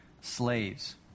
slaves